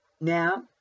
Now